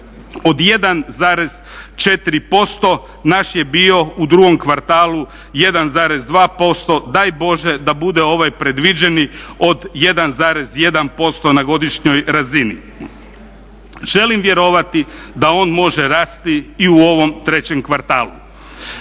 od 1,4%. Naš je bio u drugom kvartalu 1,2%. Daj Bože da bude ovaj predviđeni od 1,1% na godišnjoj razini. Želim vjerovati da on može rasti i u ovom trećem kvartalu.